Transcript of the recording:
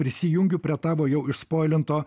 prisijungiu prie tavo jau išspoilinto